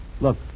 Look